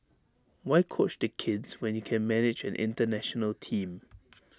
why coach the kids when you can manage an International team